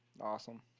Awesome